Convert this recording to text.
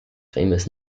famous